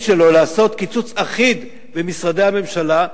שלו לעשות קיצוץ אחיד במשרדי הממשלה,